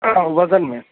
ہاں وزن میں